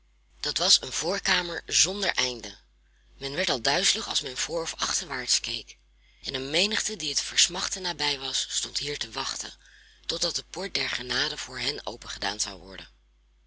dat was een voorkamer zonder einde men werd al duizelig als men voorof achterwaarts keek en een menigte die het versmachten nabij was stond hier te wachten totdat de poort der genade voor hen opengedaan zou worden